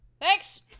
Thanks